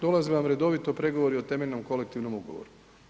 Dolaze vam redovito pregovori o temeljnom kolektivnom ugovoru.